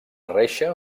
reixa